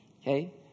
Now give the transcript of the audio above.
Okay